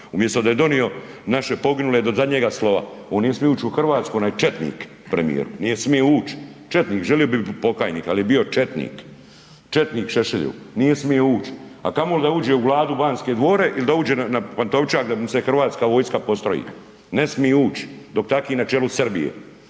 umjesto da je donio naše poginule do zadnjega slova. On nije smio ući u Hrvatsku, onaj četnik premijeru, nije smio ući. Četnik a želio bi biti pokajnik ali je bio četnik, četnik Šešelju, nije smio ući a kamoli da uđe u Vladu, Banske dvore ili da uđe na Pantovčak da mu se Hrvatska vojska postroji, ne smije ući dok je takvih na čelu Srbije.